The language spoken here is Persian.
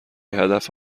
هدف